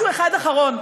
משהו אחד אחרון.